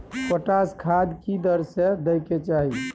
Potash खाद की दर से दै के चाही?